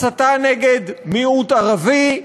הסתה נגד מיעוט ערבי,